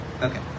okay